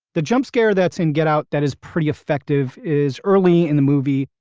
the jump scare that's in get out that is pretty effective is early in the movie,